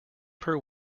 per